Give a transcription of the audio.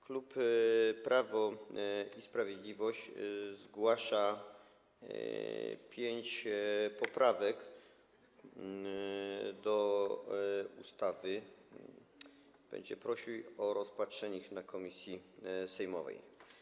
Klub Prawo i Sprawiedliwość zgłasza pięć poprawek do ustawy i będzie prosił o rozpatrzenie ich w komisji sejmowej.